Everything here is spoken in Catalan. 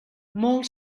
molt